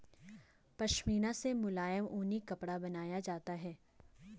पशमीना से मुलायम ऊनी कपड़ा बनाया जाता है